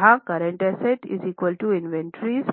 जहाँ current asset निवेश